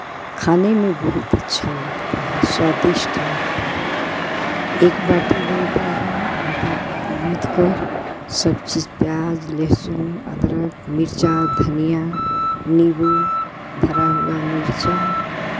खाने में बहुत अच्छा लगता है स्वादिष्ट लगता है एक बाटी बनता है आँटा गूथ कर सब चीज़ प्याज लहसुन अदरक मिरचा धनिया नींबू भरा हुआ मिरचा